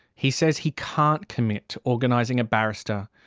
he says he can't commit to organising a barrister,